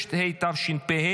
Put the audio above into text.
6), התשפ"ה